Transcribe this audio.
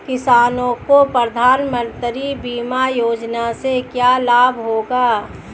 किसानों को प्रधानमंत्री बीमा योजना से क्या लाभ होगा?